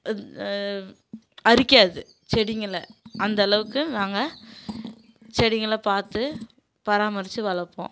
அரிக்காது செடிங்களை அந்த அளவுக்கு நாங்கள் செடிங்களை பார்த்து பராமரித்து வளர்ப்போம்